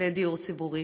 לדיור ציבורי.